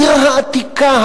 העיר העתיקה,